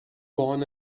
born